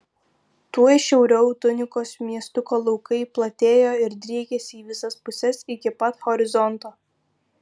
tuoj šiauriau tunikos miestuko laukai platėjo ir driekėsi į visas puses iki pat horizonto